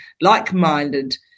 like-minded